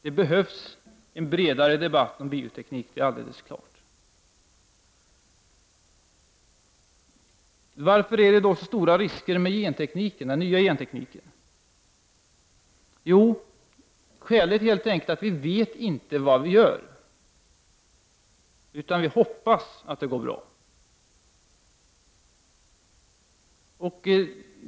Det behövs en bredare debatt om biotekniken, det är alldeles klart. Varför innebär den nya gentekniken så stora risker? Jo, skälet är helt enkelt att vi inte vet vad vi gör, utan vi hoppas att det skall gå bra.